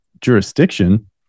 jurisdiction